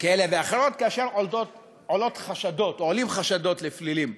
כאלה ואחרות, כאשר עולים חשדות לפלילים.